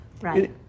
Right